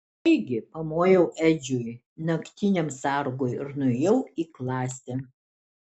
taigi pamojau edžiui naktiniam sargui ir nuėjau į klasę